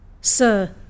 Sir